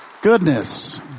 Goodness